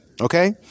okay